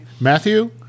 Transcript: Matthew